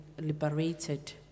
liberated